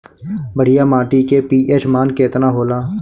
बढ़िया माटी के पी.एच मान केतना होला?